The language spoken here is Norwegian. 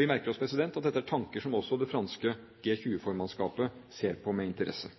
Vi merker oss at dette er tanker som også det franske G20-formannskapet ser på med interesse.